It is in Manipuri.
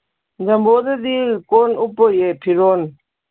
ꯖꯝꯕꯣꯗꯗꯤ ꯀꯣꯟ ꯎꯞꯄꯣꯏꯌꯦ ꯐꯤꯔꯣꯟ